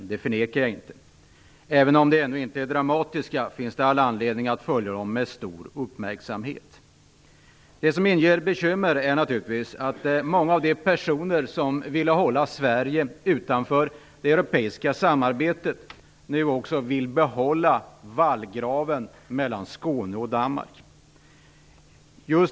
Det förnekar jag inte. Även om fördyringarna ännu inte är dramatiska finns det all anledning att följa dem med stor uppmärksamhet. Det som inger bekymmer är naturligtvis att många av de personer som ville hålla Sverige utanför det europeiska samarbetet nu också vill behålla vallgraven mellan Skåne och Danmark.